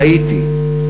ראיתי,